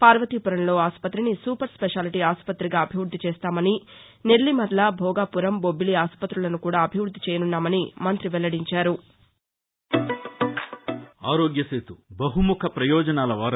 పార్వతీపురంలో ఆసుపతిని super speciality ఆసుపతిగా అభివృద్ది చేస్తామని నెల్లిమర్ల భోగాపురం బొబ్బిలి ఆసుపత్రులను కూడా అభివృద్ది చేయనున్నామని మంత్రి వెల్లడించారు